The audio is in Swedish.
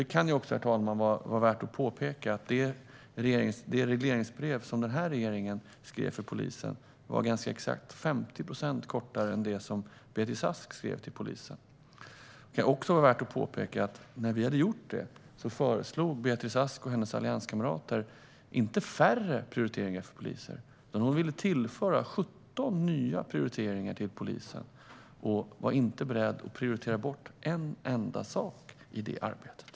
Det kan också vara värt att påpeka att det regleringsbrev som regeringen skrev för polisen var ganska exakt 50 procent kortare än det som Beatrice Ask skrev till polisen. Det kan också vara värt att påpeka att när vi hade gjort det föreslog Beatrice Ask och hennes allianskamrater inte färre prioriteringar för poliser. Hon ville tillföra 17 nya prioriteringar för polisen och var inte beredd att ta bort en enda sak i det arbetet.